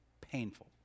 Painful